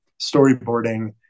storyboarding